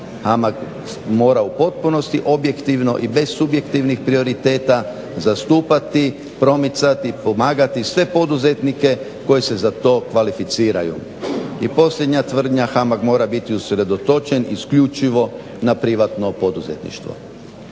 HAMAG mora u potpunosti objektivno i bez subjektivnih prioriteta zastupati, promicati i pomagati sve poduzetnike koji se za to kvalificiraju. I posljednja tvrdnja HAMAG mora biti usredotočen isključivo na privatno poduzetništvo.